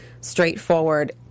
straightforward